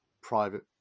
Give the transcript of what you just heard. private